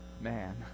man